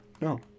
No